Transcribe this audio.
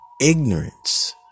ignorance